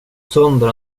sönder